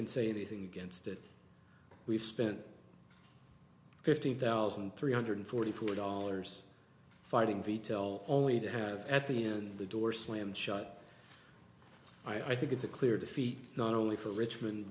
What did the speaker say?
can say anything against it we've spent fifteen thousand three hundred forty four dollars filing fee till only to have at the end the door slammed shut i think it's a clear defeat not only for richmond